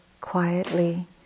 quietly